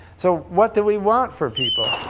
so what to we want for people?